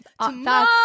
tomorrow